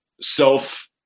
self